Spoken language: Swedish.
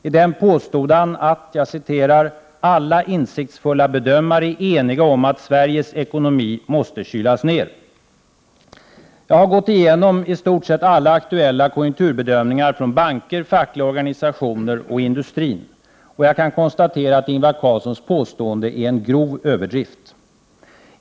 I den påstod han att ”alla insiktsfulla bedömare är eniga om att Sveriges ekonomi måste kylas ner”. Jag har gått igenom i stort sett alla aktuella konjunkturbedömningar från banker, fackliga organisationer och industrin. Jag kan konstatera att Ingvar Carlssons påstående är en grov överdrift.